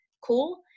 cool